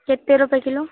कितने रुपये किलो